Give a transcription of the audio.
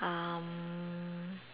um